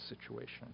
situation